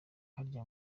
harya